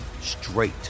straight